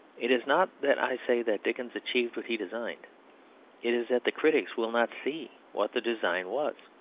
it is not that i say that dickens achieved what he designed it is that the critics will not see what the design was.